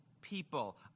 people